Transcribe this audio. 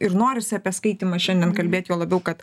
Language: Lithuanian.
ir norisi apie skaitymą šiandien kalbėti juo labiau kad